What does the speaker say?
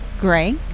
gray